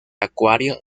acuario